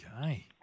Okay